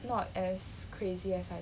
not as crazy as like